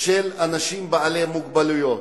של אנשים בעלי מוגבלויות.